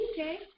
Okay